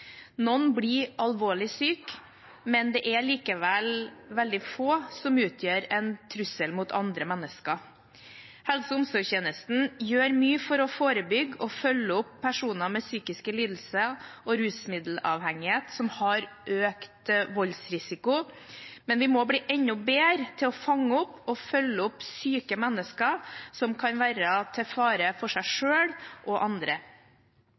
Noen blir alvorlig syke, men det er likevel veldig få som utgjør en trussel mot andre mennesker. Helse- og omsorgstjenesten gjør mye for å forebygge og følge opp personer med psykiske lidelser og rusmiddelavhengighet som har økt voldsrisiko, men vi må bli enda bedre til å fange opp og følge opp syke mennesker som kan være til fare for seg selv og andre.